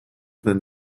then